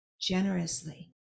generously